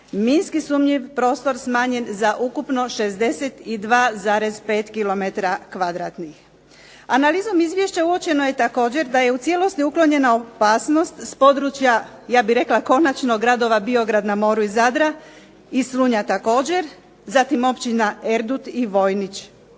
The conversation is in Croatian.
minski sumnjiv prostor smanjen za ukupno 62,5 kilometara kvadratnih. Analizom izvješća uočeno je također da je u cijelosti uklonjena opasnost s područja ja bih rekla konačno gradova Biograd na moru i Zadra i Slunja također, zatim općina Erdut i Vojnić.